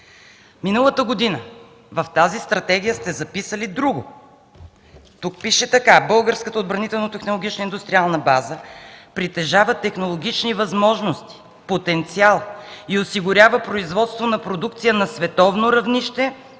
Миналата година в тази стратегия сте записали друго, тук пише така: „Българската отбранително-технологична индустриална база притежава технологични възможности, потенциал и осигурява производство на продукция на световно равнище